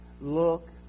look